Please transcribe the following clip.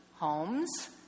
Homes